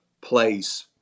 place